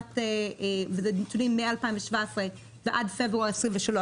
אלה נתונים מ-2017 ועד פברואר 2023,